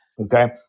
okay